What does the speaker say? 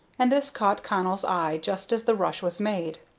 and this caught connell's eye just as the rush was made.